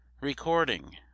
Recording